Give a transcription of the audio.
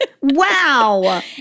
Wow